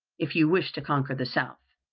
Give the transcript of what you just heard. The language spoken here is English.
if you wish to conquer the south.